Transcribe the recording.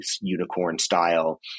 unicorn-style